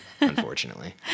unfortunately